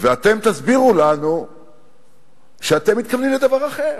ואתם תסבירו לנו שאתם מתכוונים לדבר אחר.